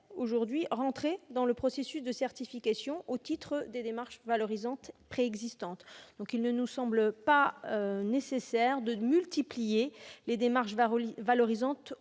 tout à fait entrer dans le processus de certification au titre d'une démarche valorisante existante. Il ne nous semble pas nécessaire de multiplier les démarches valorisantes